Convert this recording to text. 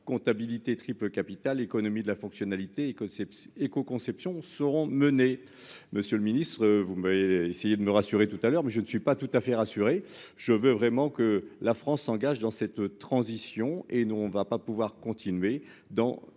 comptabilité triple capitale économie de la fonctionnalité écossais éco- conception seront menées, monsieur le Ministre vous avez essayé de me rassurer tout à l'heure, mais je ne suis pas tout à fait rassuré je veux vraiment que la France s'engage dans cette transition et nous, on ne va pas pouvoir continuer dans